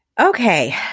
Okay